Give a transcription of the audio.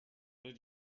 did